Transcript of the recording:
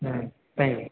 ம் thank you